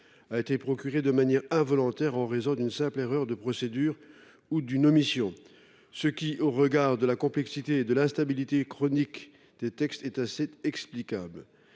a été procuré de manière involontaire en raison d’une simple erreur de procédure ou d’une omission. Au regard de la complexité et de l’instabilité chronique des textes, cela est assez explicable.